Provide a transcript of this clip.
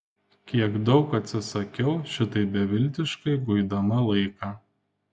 kiek daug atsisakiau šitaip beviltiškai guidama laiką